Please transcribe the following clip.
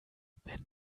wenn